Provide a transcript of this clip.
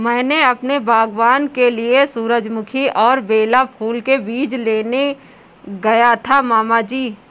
मैं अपने बागबान के लिए सूरजमुखी और बेला फूल के बीज लेने गया था मामा जी